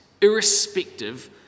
irrespective